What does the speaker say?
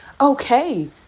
Okay